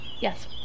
yes